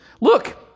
Look